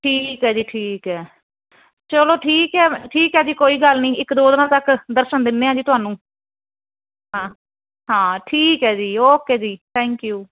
ਠੀਕ ਹੈ ਜੀ ਠੀਕ ਹੈ ਚਲੋ ਠੀਕ ਹੈ ਠੀਕ ਹੈ ਜੀ ਕੋਈ ਗੱਲ ਨੀ ਇੱਕ ਦੋ ਦਿਨਾਂ ਤੱਕ ਦਰਸ਼ਨ ਦਿੰਦੇ ਆ ਜੀ ਤੁਹਾਨੂੰ ਹਾਂ ਠੀਕ ਹੈ ਜੀ ਓਕੇ ਜੀ ਥੈਂਕਯੂ